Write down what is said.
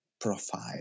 profile